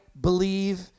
believe